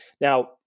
Now